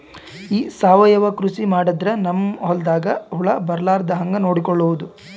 ಈ ಸಾವಯವ ಕೃಷಿ ಮಾಡದ್ರ ನಮ್ ಹೊಲ್ದಾಗ ಹುಳ ಬರಲಾರದ ಹಂಗ್ ನೋಡಿಕೊಳ್ಳುವುದ?